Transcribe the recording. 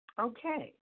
Okay